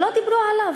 לא דיברו עליו,